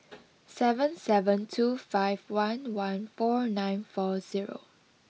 seven seven two five one one four nine four zero